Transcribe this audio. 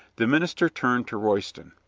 the minister turned to royston.